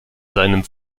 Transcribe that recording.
seinem